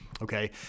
Okay